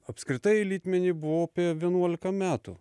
apskritai litmeny buvau apie vienuolika metų